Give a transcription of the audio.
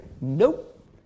Nope